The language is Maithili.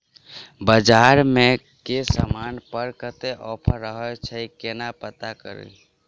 बजार मे केँ समान पर कत्ते ऑफर रहय छै केना पत्ता कड़ी?